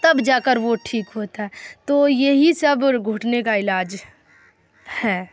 تب جاکر وہ ٹھیک ہوتا ہے تو یہی سب گھٹنے کا علاج ہے